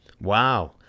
Wow